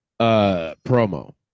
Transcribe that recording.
promo